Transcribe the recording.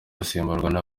basimbuzwa